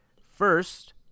First